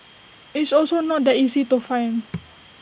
it's also not that easy to find